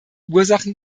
ursachen